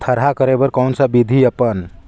थरहा करे बर कौन सा विधि अपन?